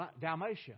Dalmatia